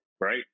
right